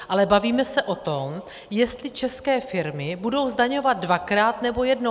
Ale bavíme se o tom, jestli české firmy budou zdaňovat dvakrát, nebo jednou.